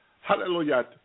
Hallelujah